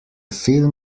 film